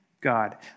God